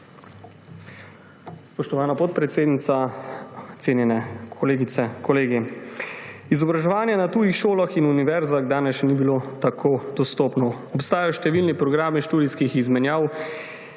Spoštovana podpredsednica, cenjene kolegice, kolegi! Izobraževanje na tujih šolah in univerzah danes še ni bilo tako dostopno. Obstajajo številni programi študijskih izmenjav